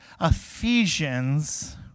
Ephesians